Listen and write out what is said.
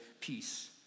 peace